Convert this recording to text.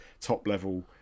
top-level